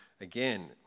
again